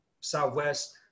Southwest